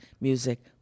music